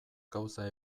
gauza